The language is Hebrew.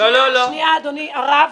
לא, שנייה, אדוני הרב,